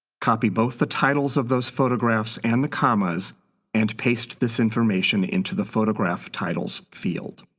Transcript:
copy both the titles of those photographs and the commas and paste this information into the photograph titles field.